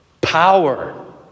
power